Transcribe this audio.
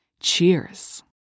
Cheers